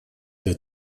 для